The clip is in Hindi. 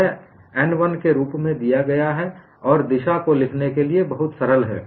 यह n 1 के रूप में दिया गया है और दिशा को लिखने के लिए बहुत सरल हैं